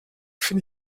finde